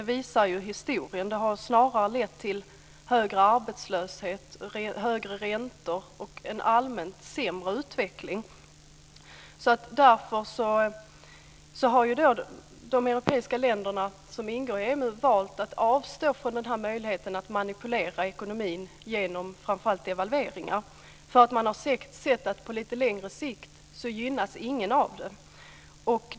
Det visar historien; det har snarare lett till högre arbetslöshet, högre räntor och en allmänt sämre utveckling. Därför har de europeiska länder som ingår i EMU valt att avstå från möjligheten att manipulera ekonomin genom framför allt devalveringar. Man har sett att på längre sikt gynnas ingen av det.